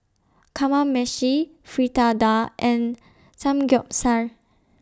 Kamameshi Fritada and Samgyeopsal